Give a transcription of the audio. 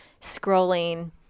scrolling